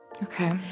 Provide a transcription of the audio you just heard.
Okay